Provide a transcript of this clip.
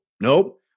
Nope